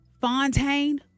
Fontaine